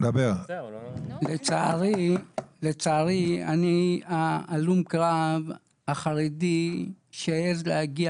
לצערי אני הלום קרב החרדי שהעז להגיע